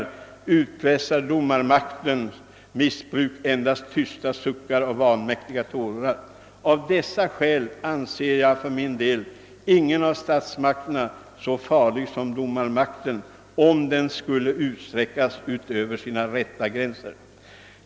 Så sade man: Här ser vi hur socialdemokraterna bedriver jämlikhetspolitik!